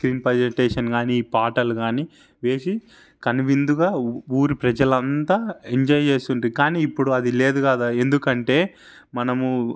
screen presentation కానీ ఈ పాటలు కానీ వేసి కనువిందుగా ఊరు ప్రజలంతా ఎంజాయ్ చేస్తుండ్రి కానీ ఇప్పుడు అది లేదు కదా ఎందుకంటే మనము